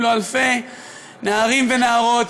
אם לא אלפי נערים ונערות,